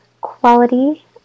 quality